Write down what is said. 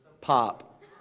Pop